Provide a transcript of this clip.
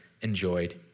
enjoyed